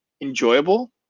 enjoyable